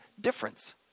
difference